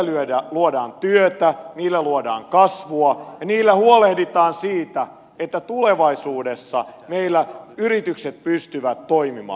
niillä luodaan työtä niillä luodaan kasvua ja niillä huolehditaan siitä että tulevaisuudessa meillä yritykset pystyvät toimimaan